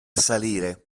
salire